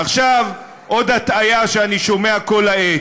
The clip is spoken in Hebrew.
עכשיו, עוד הטעיה שאני שומע כל העת: